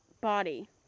body